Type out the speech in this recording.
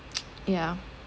yeah